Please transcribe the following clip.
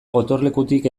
gotorlekutik